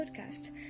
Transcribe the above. podcast